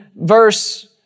verse